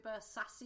Sassy